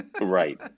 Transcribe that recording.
Right